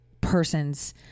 persons